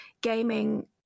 gaming